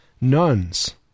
nuns